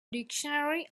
dictionary